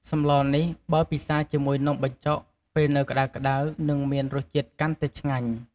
សម្លនេះ បើពិសាជាមួយនំបញ្ចុកពេលនៅក្តៅៗនឹងមានរសជាតិកាន់តែឆ្ងាញ់